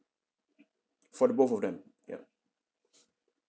for the both of them ya